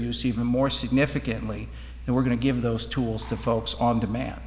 use even more significantly and we're going to give those tools to folks on demand